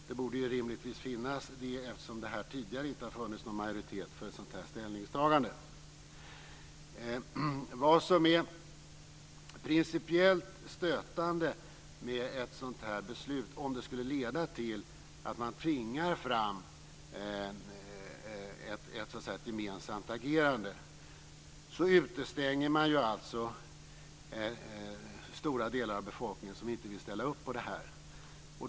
Det borde ju rimligtvis finnas det, eftersom det inte tidigare har funnits någon majoritet för ett sådant ställningstagande. Vad som är principiellt stötande med ett sådant här beslut, om det skulle leda till att man tvingar fram ett gemensamt agerande, är att man då utestänger stora delar av befolkningen som inte vill ställa upp på detta.